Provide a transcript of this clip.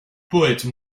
poète